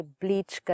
bleach